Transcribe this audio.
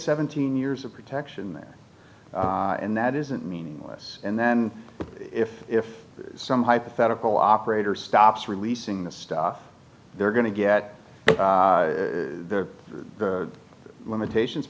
seventeen years of protection and that isn't meaningless and then if if some hypothetical operator stops releasing the stuff they're going to get the limitations